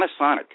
panasonic